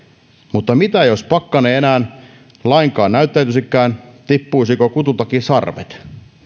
mutta mitä jos pakkanen ei enää lainkaan näyttäytyisikään tippuisivatko kutultakin sarvet